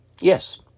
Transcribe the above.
Yes